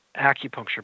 acupuncture